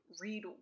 read